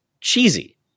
Cheesy